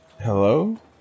Hello